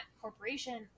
corporation